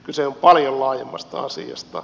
kyse on paljon laajemmasta asiasta